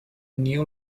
new